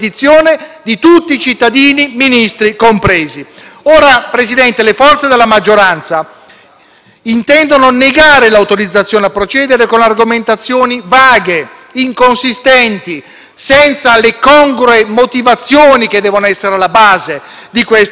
intendono negare l'autorizzazione a procedere con argomentazioni vaghe e inconsistenti, senza le congrue motivazioni che devono essere alla base di questa negazione. Non abbiamo infatti ravvisato motivazioni solide nella relazione di maggioranza